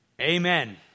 Amen